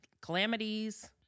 calamities